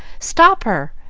stop her!